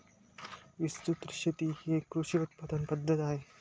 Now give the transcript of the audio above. विस्तृत शेती ही एक कृषी उत्पादन पद्धत आहे